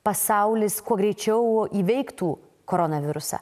pasaulis kuo greičiau įveiktų koronavirusą